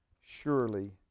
surely